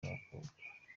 n’abakobwa